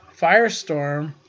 Firestorm